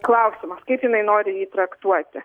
klausimas kaip jinai nori jį traktuoti